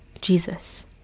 Jesus